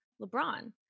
LeBron